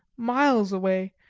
miles away,